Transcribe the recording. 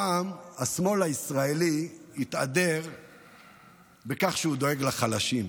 פעם השמאל הישראלי התהדר בכך שהוא דואג לחלשים,